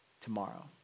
tomorrow